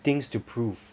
things to prove